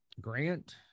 Grant